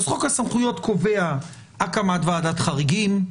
אז חוק הסמכויות קובע הקמת ועדת חריגים,